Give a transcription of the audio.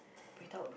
without